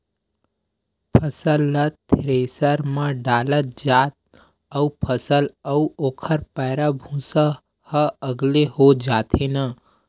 फसल ल थेरेसर म डालत जा अउ फसल अउ ओखर पैरा, भूसा ह अलगे हो जाथे न